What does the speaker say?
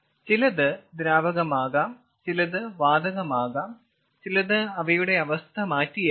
ചിലത് ദ്രാവകമാകാം ചിലത് വാതകമാകാം ചിലത് അവയുടെ അവസ്ഥ മാറ്റിയേക്കാം